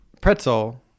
pretzel